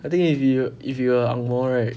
I think if yo~ if you are ang moh right